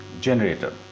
generator